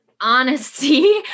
honesty